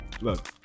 look